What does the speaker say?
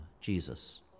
Jesus